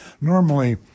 Normally